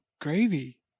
gravy